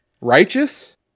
Righteous